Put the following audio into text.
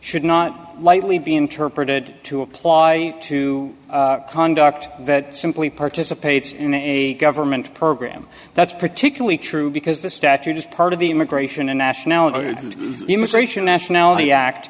should not lightly be interpreted to apply to conduct that simply participates in a government program that's particularly true because the statute is part of the immigration and nationality immigration nationality